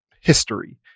history